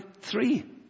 three